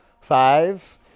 Five